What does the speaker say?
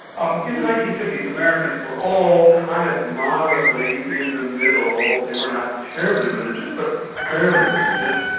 um in the nineteen fifty s americans were all kind of moderately in the middle, they were not terribly religious, but fairly religious,